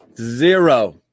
Zero